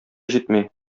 җитми